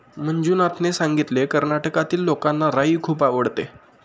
मंजुनाथने सांगितले, कर्नाटकातील लोकांना राई खूप आवडते